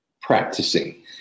practicing